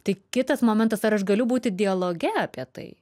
tik kitas momentas ar aš galiu būti dialoge apie tai